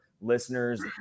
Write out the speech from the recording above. listeners